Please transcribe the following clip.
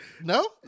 no